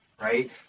right